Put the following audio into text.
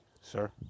sir